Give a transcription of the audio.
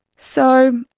so,